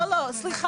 לא, לא, סליחה.